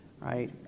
Right